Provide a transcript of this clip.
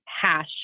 hash